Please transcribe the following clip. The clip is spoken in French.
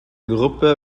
groupe